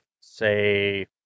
say